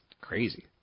crazy